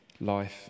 life